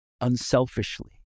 unselfishly